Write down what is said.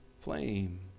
flame